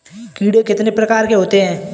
कीड़े कितने प्रकार के होते हैं?